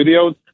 videos